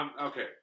Okay